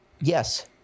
Yes